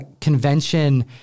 convention